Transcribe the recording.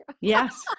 Yes